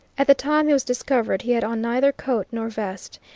at the time he was discovered he had on neither coat nor vest,